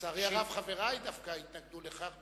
לצערי הרב חברי דווקא התנגדו לכך,